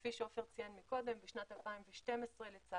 כפי שעופר ציין מקודם, בשנת 2012 לצערנו